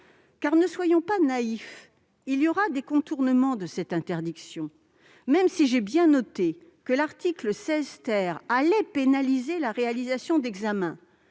ne soyons pas naïfs ! Il y aura des contournements de cette interdiction, même si j'ai bien noté que l'article 16 vise à pénaliser la réalisation d'examens.